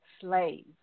slaves